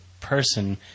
person